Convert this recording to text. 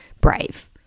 brave